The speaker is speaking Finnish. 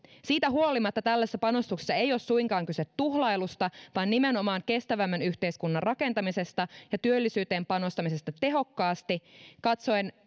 siitä huolimatta tällaisissa panostuksissa ei ole suinkaan kyse tuhlailusta vaan nimenomaan kestävämmän yhteiskunnan rakentamisesta ja työllisyyteen panostamisesta tehokkaasti katsoen